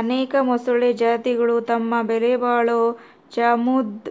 ಅನೇಕ ಮೊಸಳೆ ಜಾತಿಗುಳು ತಮ್ಮ ಬೆಲೆಬಾಳೋ ಚರ್ಮುದ್